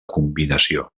combinació